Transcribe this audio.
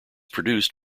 produced